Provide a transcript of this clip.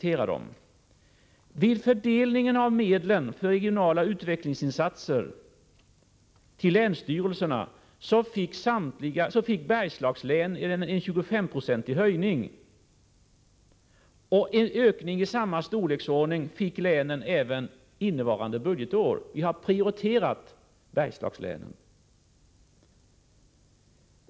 Vid fördelningen av medlen för regionala utvecklingsinsatser till länsstyrelserna fick Bergslagslänen en 25-procentig höjning. En ökning av samma storleksordning fick länen även innevarande budgetår. Vi har prioriterat Bergslagslänen.